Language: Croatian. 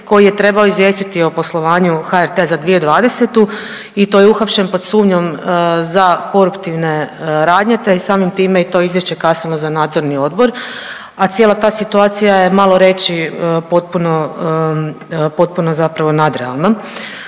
koji je trebao izvijestiti o poslovanju HRT-a za 2020. i to je uhapšen pod sumnjom za koruptivne radnje te je samim time i to izvješće kasnilo za nadzorni odbor, a cijela ta situacija je, malo reći, potpuno, potpuno